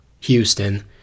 Houston